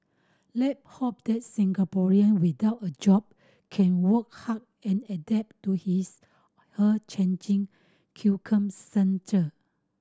let's hope that Singaporean without a job can work hard and adapt to his or changing